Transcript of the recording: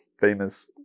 famous